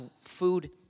food